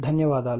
ధన్యవాదాలు